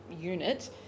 unit